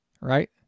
right